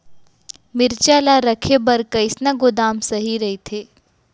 मिरचा ला रखे बर कईसना गोदाम सही रइथे?